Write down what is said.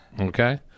okay